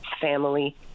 family